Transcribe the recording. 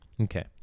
okay